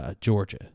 Georgia